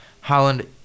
Holland